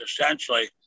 essentially